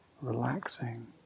Relaxing